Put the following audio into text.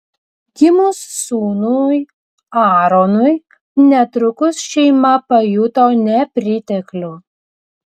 gimus sūnui aaronui netrukus šeima pajuto nepriteklių